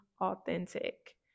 authentic